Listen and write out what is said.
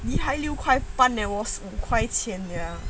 你还六块半 leh 我五块钱 sia